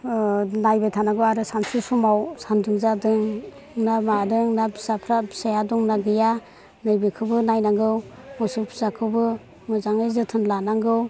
नायबाय थानांगौ आरो सानसु समाव सान्दुं जादों ना मादों फिसाफ्रा फिसाया दंना गैया नैबेखौबो नायनांगौ मोसौ फिसाखौबो मोजाङै जोथोन लानांगौ